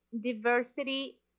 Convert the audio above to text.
diversity